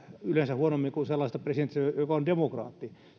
yleensä huonommin kuin sellaisesta presidentistä joka on demokraatti